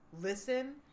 listen